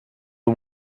the